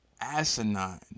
asinine